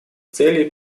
целей